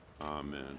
Amen